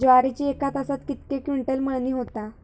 ज्वारीची एका तासात कितके क्विंटल मळणी होता?